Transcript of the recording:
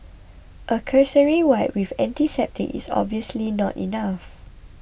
a cursory wipe with antiseptic is obviously not enough